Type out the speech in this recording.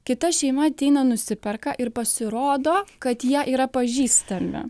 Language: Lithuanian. kita šeima ateina nusiperka ir pasirodo kad jie yra pažįstami